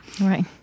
Right